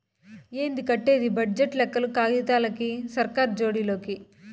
ఏంది కట్టేది బడ్జెట్ లెక్కలు కాగితాలకి, సర్కార్ జోడి లోకి